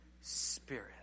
Spirit